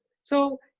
so,